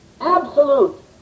absolute